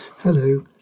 Hello